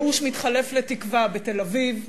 הייאוש מתחלף לתקווה בתל-אביב,